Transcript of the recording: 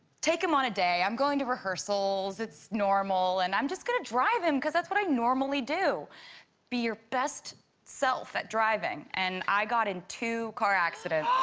take him on a day. i'm going to rehearsals it's normal and i'm just gonna drive him cuz that's what i normally do be your best self at driving and i got in to car accident